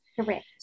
Correct